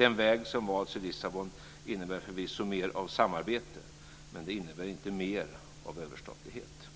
Den väg som valts i Lissabon innebär förvisso mer av samarbete men den innebär inte mer av överstatlighet.